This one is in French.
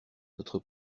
notre